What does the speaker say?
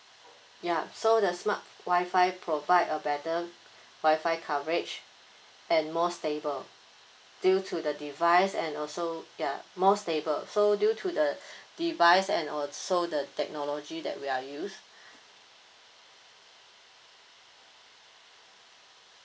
ya so the smart WI-FI provide a better WI-FI coverage and more stable due to the device and also ya more stable so due to the device and also the technology that we are use